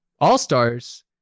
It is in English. All-stars